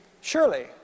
surely